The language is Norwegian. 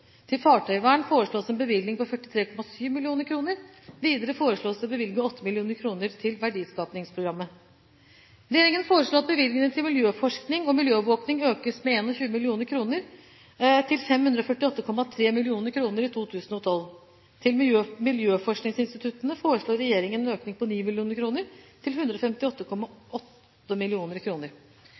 Til fartøyvern foreslås en bevilgning på 43,7 mill. kr. Videre foreslås det å bevilge 8 mill. kr til verdiskapingsprogrammet. Regjeringen foreslår at bevilgningene til miljøforskning og miljøovervåking økes med 21 mill. kr, til 548,3 mill. kr i 2012. Til miljøforskningsinstituttene foreslår regjeringen en økning på 9 mill. kr, til 158,8